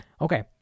Okay